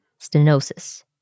stenosis